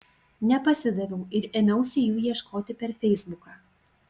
nepasidaviau ir ėmiausi jų ieškoti per feisbuką